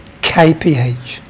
kph